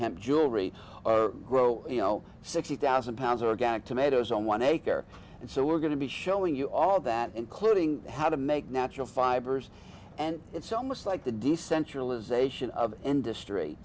hemp jewelry grow you know sixty thousand pounds organic tomatoes on one acre and so we're going to be showing you all of that including how to make natural fibers and it's almost like the